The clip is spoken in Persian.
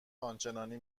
آنچنانی